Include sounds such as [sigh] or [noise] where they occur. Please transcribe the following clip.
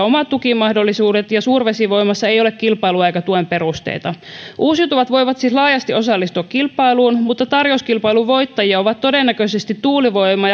[unintelligible] omat tukimahdollisuudet ja suurvesivoimassa ei ole kilpailua eikä tuen perusteita uusiutuvat voivat siis laajasti osallistua kilpailuun mutta tarjouskilpailun voittajia ovat todennäköisesti tuulivoima [unintelligible]